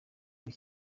muri